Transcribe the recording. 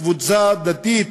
קבוצה דתית,